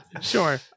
Sure